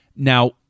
Now